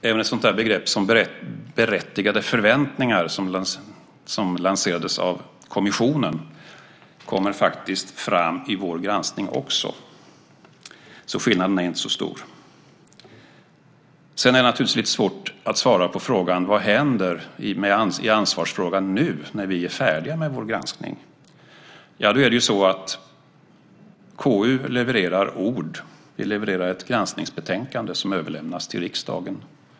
Även ett sådant begrepp som "berättigade förväntningar" som lanserades av kommissionen kommer faktiskt fram i vår granskning också. Så skillnaden är inte så stor. Det är naturligtvis lite svårt att svara på frågan vad som händer i ansvarsfrågan nu, när vi är färdiga med vår granskning. Det är ju så att KU levererar ord. Vi levererar ett granskningsbetänkande som överlämnas till riksdagen.